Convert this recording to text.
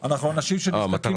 כי אם אתה מחלק 800